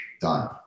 done